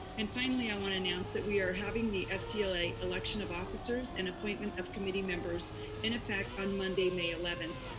and finally, i wanna announce that we are having the fcla election of officers and appointment appointment of committee members in effect on monday, may eleventh,